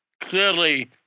clearly